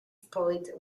point